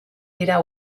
dira